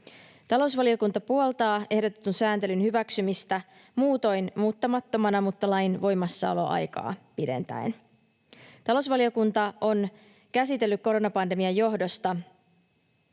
Talousvaliokunta puoltaa ehdotetun sääntelyn hyväksymistä muutoin muuttamattomana mutta lain voimassaoloaikaa pidentäen. Talousvaliokunta on käsitellyt koronapandemian johdosta